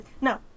no